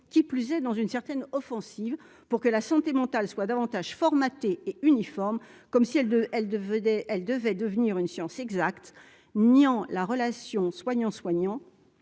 qui plus est dans une certaine offensive pour que la santé mentale soit davantage formaté et uniforme, comme si elle de elle devenait elle devait devenir une science exacte, niant la relation soignant soignant